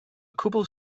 cwbl